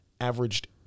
averaged